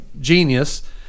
genius